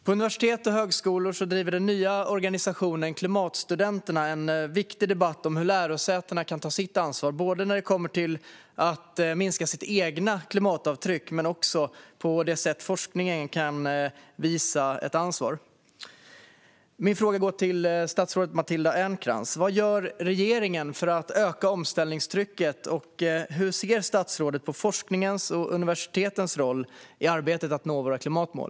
På universitet och högskolor driver den nya organisationen Klimatstudenterna en viktig debatt om hur lärosätena kan ta sitt ansvar, både när det gäller att minska sina egna klimatavtryck och när det gäller hur forskningen kan visa ett ansvar. Min fråga går till statsrådet Matilda Ernkrans. Vad gör regeringen för att öka omställningstrycket, och hur ser statsrådet på forskningens och universitetens roll i arbetet med att nå våra klimatmål?